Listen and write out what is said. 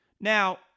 Now